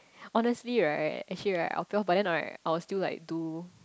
honestly right actually right I'll fail but then right I'll still like do